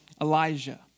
Elijah